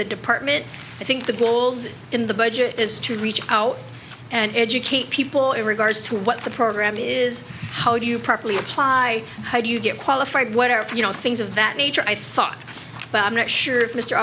the department i think the pools in the budget is to reach out and educate people in regards to what the program is how do you properly apply how do you get qualified what are you know things of that nature i thought but i'm not sure if mr